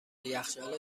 یخچال